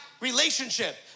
relationship